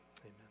amen